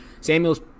Samuel's